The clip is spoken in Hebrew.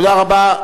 תודה רבה.